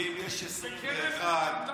אם יש 21 נורבגים,